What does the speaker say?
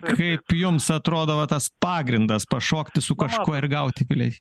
kaip jums atrodo va tas pagrindas pašokti su kažkuo ir gauti piliety